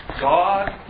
God